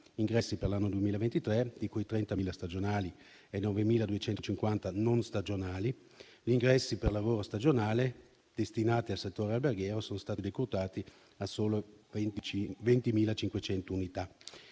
ingressi per l'anno 2023, di cui 30.000 stagionali e 9.250 non stagionali, gli ingressi per lavoro stagionale destinati al settore alberghiero sono stati decurtati a sole 20.500 unità.